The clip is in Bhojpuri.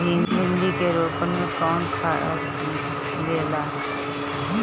भिंदी के रोपन मे कौन खाद दियाला?